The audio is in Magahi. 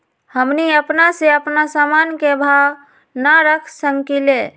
हमनी अपना से अपना सामन के भाव न रख सकींले?